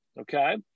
okay